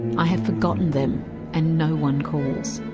i have forgotten them and no one calls.